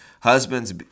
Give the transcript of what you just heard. husbands